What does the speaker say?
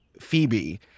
Phoebe